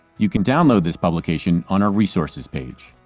you can download this publication on our resources page.